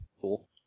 Cool